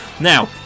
Now